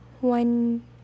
one